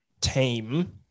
team